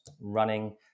running